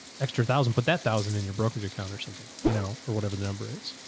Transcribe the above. extra thousand, put that thousand in your brokerage account or something, you know, or whatever the number is,